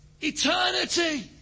Eternity